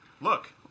Look